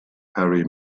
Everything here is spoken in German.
harry